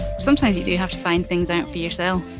sometimes you you have to find things out for yourself.